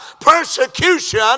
persecution